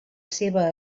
seva